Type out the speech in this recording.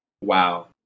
Wow